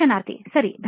ಸಂದರ್ಶನಾರ್ಥಿ ಸರಿ